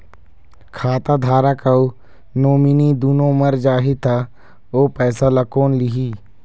खाता धारक अऊ नोमिनि दुनों मर जाही ता ओ पैसा ला कोन लिही?